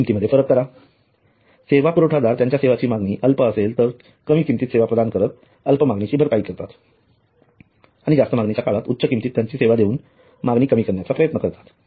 किंमतीमध्ये फरक करा सेवा पुरवठादार त्यांच्या सेवांची मागणी अल्प असेल तर कमी किंमतीत सेवा प्रदान करत अल्प मागणीची भरपाई करतात आणि जास्त मागणीच्या काळात उच्च किंमतीत त्यांची सेवा देवून मागणी कमी करण्याचा प्रयत्न करतात